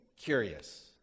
curious